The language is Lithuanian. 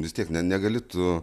vis tiek ne negali tu